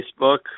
Facebook